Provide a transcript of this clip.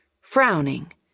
frowning